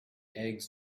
eggs